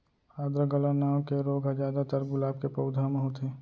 आद्र गलन नांव के रोग ह जादातर गुलाब के पउधा म होथे